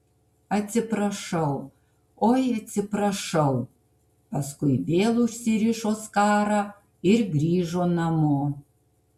atsiprašau oi atsiprašau paskui vėl užsirišo skarą ir grįžo namo